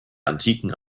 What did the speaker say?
antiken